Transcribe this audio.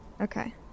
Okay